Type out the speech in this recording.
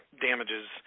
damages